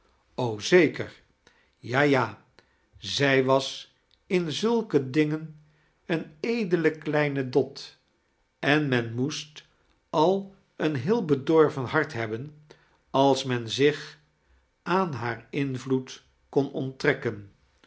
zeker ja ja zij was in zulke dingen een edele kleine dot en men moest al een heel bedorven hart hebben als men zich aan haar invloed kon onttrekken